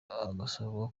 agasaba